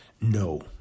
No